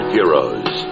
Heroes